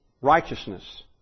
righteousness